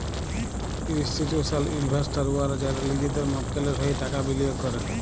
institutional investors উয়ারা যারা লিজেদের মক্কেলের হঁয়ে টাকা বিলিয়গ ক্যরে